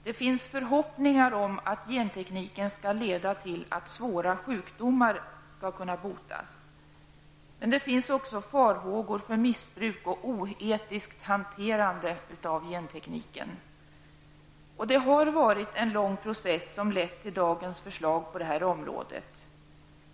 Det finns förhoppningar om att gentekniken skall ge möjligheter att bota svåra sjukdomar. Men det finns också farhågor för missbruk och oetiskt hanterande av gentekniken. En lång process ligger bakom dagens förslag på det här området.